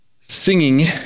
singing